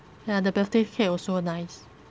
ya the birthday cake also nice